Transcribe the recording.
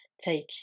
take